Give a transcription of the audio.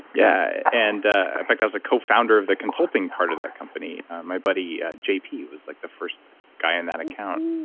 yeah. and in fact, i was a cofounder of the consulting part of that company. my buddy ah jp was like the first guy in that account.